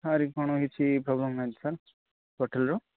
sir କ'ଣ ହେଇଛି ହୋଟେଲ୍ର